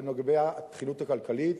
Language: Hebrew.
גם לגבי ההיתכנות הכלכלית,